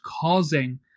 causing